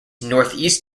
northeast